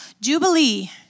Jubilee